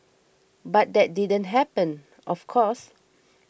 but that didn't happen of course